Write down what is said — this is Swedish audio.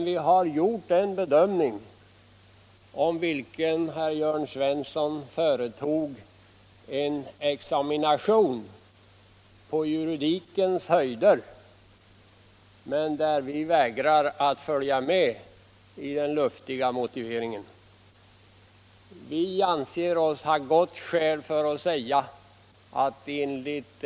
Vi har gjort en bedömning av vilken herr Jörn Svensson företog en examination på juridikens höjder men där vi vägrar att följa med i den luftiga motiveringen. Vi anser oss, mot bakgrund av den lag och den praxis som finns.